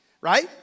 right